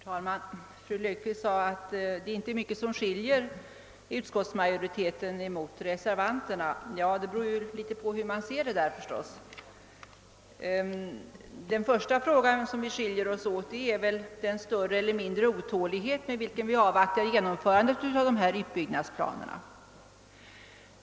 Herr talman! Fru Löfqvist sade att det inte är mycket som skiljer utskottsmajoriteten från reservanterna. Ja, det beror förstås i viss mån på hur man ser frågan. Den första detalj beträffande vilken våra uppfattningar skiljer sig är väl den skiftande grad av otålighet varmed vi avvaktar genomförandet av utbyggnadsplanerna.